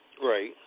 Right